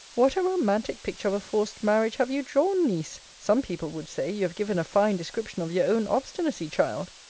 what a romantic picture of a forced marriage have you drawn, niece! some people would say, you have given a fine description of your own obstinacy, child.